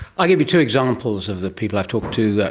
i'll give you two examples of the people i've talked to.